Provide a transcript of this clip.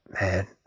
man